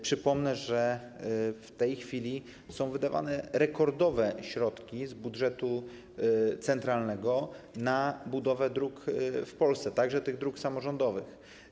Przypomnę, że w tej chwili są wydawane rekordowe środki z budżetu centralnego na budowę dróg w Polsce, także dróg samorządowych.